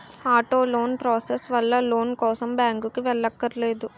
auto loan process వల్ల loan కోసం బ్యాంకుకి వెళ్ళక్కర్లేదు